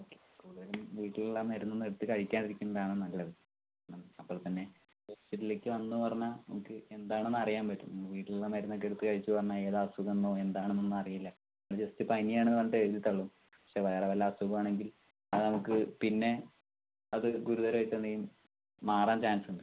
okay കോവിഡിനു വീട്ടിലുള്ള മരുന്നൊന്നും എടുത്ത് കഴിക്കാതിരിക്കുന്നതാണ് നല്ലത് അപ്പൊൾ തന്നെ ഹോസ്പിറ്റലിലേക്ക് വന്ന് പറഞ്ഞാൽ നമുക്ക് എന്താണെന്ന് അറിയാൻ പറ്റും വീട്ടിലുള്ള മരുന്നൊക്കെ എടുത്ത് കഴിച്ചുകഴിഞ്ഞാൽ ഏതാ അസുഖമെന്നോ എന്താണെന്നൊന്നും അറിയില്ല അത് ജെസ്റ്റ് പനിയാണെന്ന് പറഞ്ഞിട്ട് എഴുതി തള്ളും വേറെ വല്ല അസുഖമാണെങ്കിൽ അത് നമുക്ക് പിന്നെ അത് ഗുരുതരമായിട്ടൊന്നുങ്കിൽ മാറാൻ ചാൻസുണ്ട്